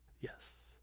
Yes